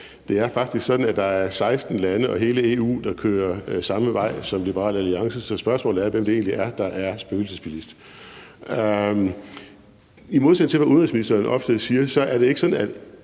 det er faktisk sådan, at det er 16 lande og hele EU, som kører den samme vej som Liberal Alliance, så spørgsmålet er, hvem det egentlig er, der er spøgelsesbilist. I modsætning til hvad udenrigsministeren ofte siger, er det ikke sådan, at